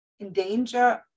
endanger